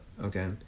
okay